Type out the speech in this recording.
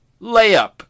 Layup